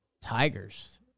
Tigers